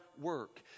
work